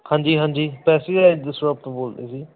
ਹਾਂਜੀ ਹਾਂਜੀ ਪੈਸਟੀਸਾਈਡ ਦੀ ਸੋਪ ਤੋਂ ਬੋਲਦੇ ਜੀ